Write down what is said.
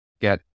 get